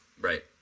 right